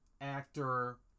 actor